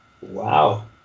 Wow